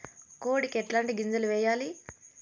కోడికి ఎట్లాంటి గింజలు వేయాలి?